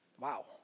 Wow